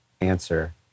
answer